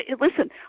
listen